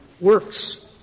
works